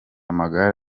amagare